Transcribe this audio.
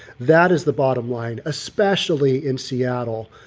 that is the bottom line, especially in seattle,